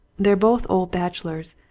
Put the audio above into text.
they're both old bachelors,